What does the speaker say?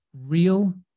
real